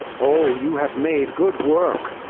o, you have made good work!